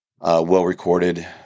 well-recorded